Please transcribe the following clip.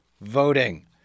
voting